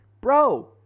bro